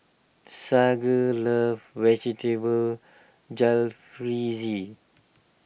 Sage loves Vegetable Jalfrezi